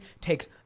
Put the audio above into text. takes